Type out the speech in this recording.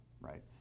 right